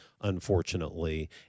unfortunately